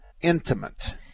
intimate